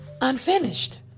unfinished